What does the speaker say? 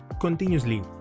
continuously